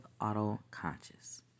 auto-conscious